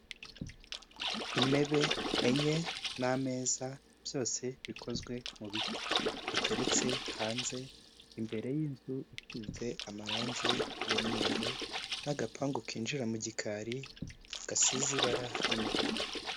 Intebe enye n'ameza byose bikozwe mu biti, biteretse hanze imbere y'inzu isize amarangi y'umweru, n'agapangu kinjira mu gikari gasize ibara ry'umutuku.